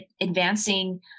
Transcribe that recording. advancing